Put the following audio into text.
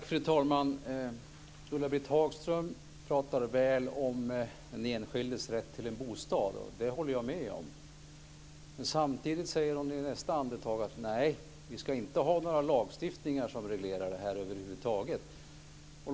Fru talman! Ulla-Britt Hagström talar väl om den enskildes rätt till en bostad och det håller jag med om. Men i nästa andetag säger hon: Nej, vi ska inte ha några lagstiftningar över huvud taget som reglerar det här.